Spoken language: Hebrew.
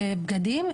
בגדים,